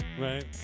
Right